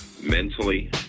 mentally